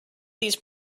these